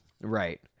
Right